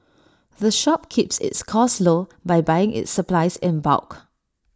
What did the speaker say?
the shop keeps its costs low by buying its supplies in bulk